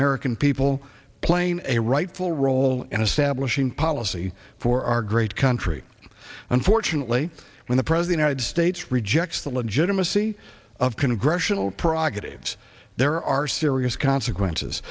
american people playing a rightful role in establishing policy for our great country unfortunately when the president had states rejects the legitimacy of congressional prerogatives there are serious consequences